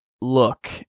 look